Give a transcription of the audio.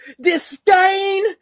disdain